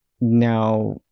now